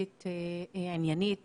היית עניינית,